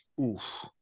Oof